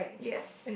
yes